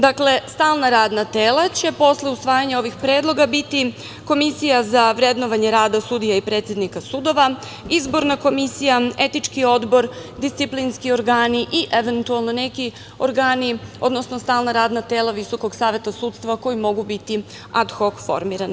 Dakle, stalna radna tela će posle usvajanja ovih predloga biti komisija za vrednovanje rada sudija i predsednika sudova, izborna komisija, etički odbor, disciplinski organi i eventualno neki organi, stalna radna tela VSS, koji mogu ad hok formirani.